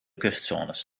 kustzones